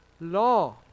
law